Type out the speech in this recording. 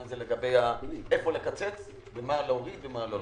הזה לגבי היכן לקצץ ומה להוריד ומה לא להוריד.